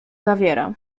zawiera